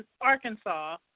Arkansas